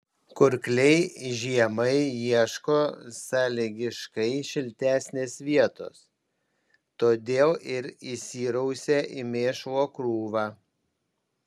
kurkliai žiemai ieško sąlygiškai šiltesnės vietos todėl ir įsirausia į mėšlo krūvą